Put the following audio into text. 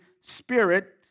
spirit